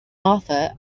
arthur